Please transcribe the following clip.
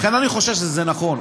לכן אני חושב שזה נכון.